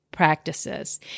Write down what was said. practices